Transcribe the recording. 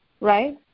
Right